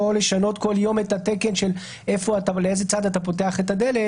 לשנות כל יום את התקן של איזה צד אתה פותח את הדלת.